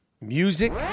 music